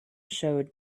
showed